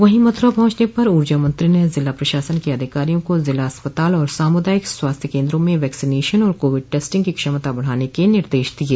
वहीं मथुरा पहुंचने पर ऊर्जा मंत्री ने जिला प्रशासन के अधिकारियों को जिला अस्पताल और सामुदायिक स्वास्थ्य केन्द्रों में वैक्सीनेशन और कोविड टेस्टिंग की क्षमता बढ़ाने के निर्देश दिये